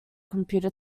computer